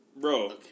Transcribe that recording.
Bro